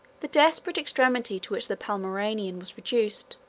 the desperate extremity to which the palmyrenian was reduced,